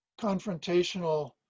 confrontational